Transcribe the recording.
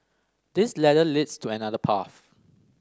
this ladder leads to another path